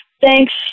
Thanks